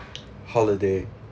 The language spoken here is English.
holiday